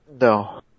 no